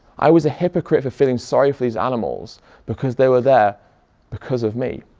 i was a hypocrite for feeling sorry for these animals because they were there because of me.